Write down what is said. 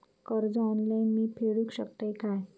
कर्ज ऑनलाइन मी फेडूक शकतय काय?